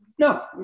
No